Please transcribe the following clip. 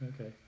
okay